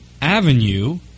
Avenue